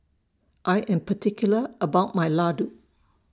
I Am particular about My Ladoo